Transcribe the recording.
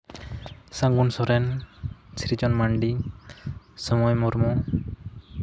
ᱥᱟᱹᱜᱩᱱ ᱥᱚᱨᱮᱱ ᱥᱤᱨᱡᱚᱱ ᱢᱟᱱᱰᱤ ᱥᱚᱢᱟᱭ ᱢᱩᱨᱢᱩ